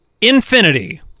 Infinity